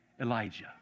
Elijah